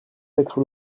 être